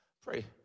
Pray